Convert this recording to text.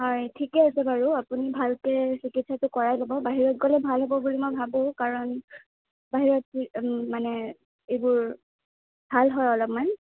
হয় ঠিকেই আছে বাৰু আপুনি ভালকে চিকিৎসাটো কৰাই ল'ব বাহিৰত গ'লে ভাল হ'ব বুলি মই ভাবোঁ কাৰণ বাহিৰত কি মানে এইবোৰ ভাল হয় অলপমান